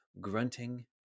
grunting